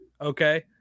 Okay